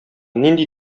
нинди